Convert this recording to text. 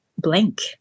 blank